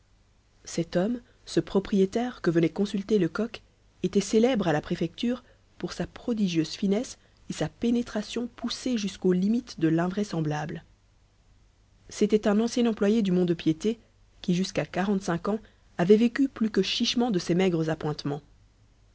cet homme ce propriétaire que venait consulter lecoq était célèbre à la préfecture pour sa prodigieuse finesse et sa pénétration poussée jusqu'aux limites de l'invraisemblable c'était un ancien employé du mont-de-piété qui jusqu'à quarante-cinq ans avait vécu plus que chichement de ses maigres appointements